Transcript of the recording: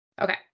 Okay